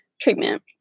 treatment